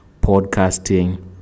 podcasting